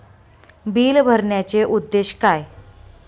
Bill भरण्याचे उद्देश काय?